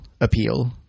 appeal